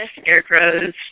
scarecrows